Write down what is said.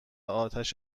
آتش